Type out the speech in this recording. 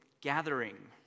gathering